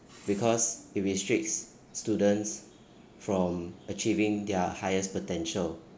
because it restricts students from achieving their highest potential